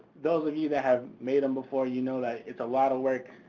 those of you that have made em before, you know that it's a lot of work,